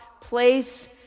place